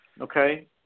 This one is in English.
okay